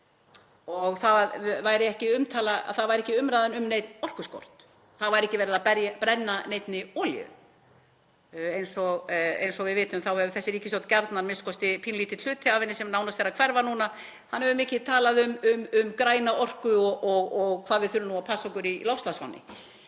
og þá væri ekki umræða um neinn orkuskort. Þá væri ekki verið að brenna neinni olíu. Eins og við vitum þá hefur þessi ríkisstjórn gjarnan, a.m.k. pínulítill hluti af henni sem nánast er að hverfa núna, mikið talað um græna orku og hvað við þurfum að passa okkur á loftslagsvánni.